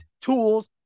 tools